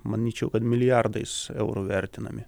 manyčiau kad milijardais eurų vertinami